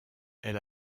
elle